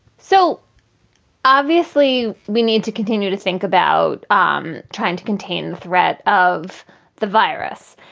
so obviously, we need to continue to think about um trying to contain the threat of the virus.